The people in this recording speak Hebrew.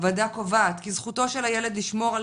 הוועדה קובעת כי זכותו של הילד לשמור על